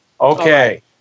okay